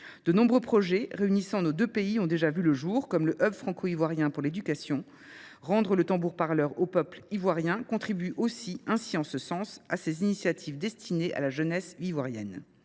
De nombreux projets réunissant nos deux pays ont déjà vu le jour, comme le HUB franco-ivoirien pour l'éducation, rendre le tambour parleur au peuple ivoirien contribue aussi ainsi en ce sens à ces initiatives destinées à la jeunesse ivoirienne.